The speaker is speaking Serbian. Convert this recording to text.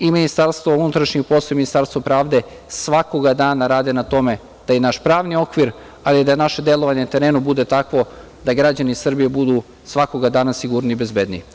I Ministarstvo unutrašnjih poslova i Ministarstvo pravde svakog dana rade na tome da i naš pravni okvir, ali i da naše delovanje na terenu bude takvog da građani Srbije svakog dana budu sigurniji i bezbedniji.